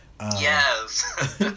Yes